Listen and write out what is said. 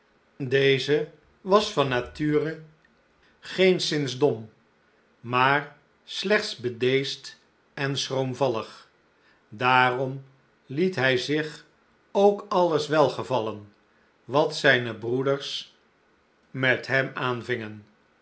deze was van nature geenszins dom maar slechts bedeesd en schroomvallig daarom liet hij zich ook alles welgevallen wat zijne broeders met hem aanvingen